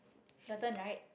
your turn right